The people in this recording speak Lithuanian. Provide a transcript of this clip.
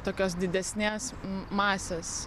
tokios didesnės masės